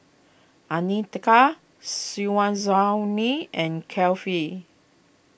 andika Syazwani and Kefli